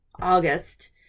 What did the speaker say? August